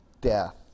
death